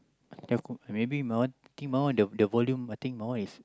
uh maybe my one I think my one the the volume I think my one is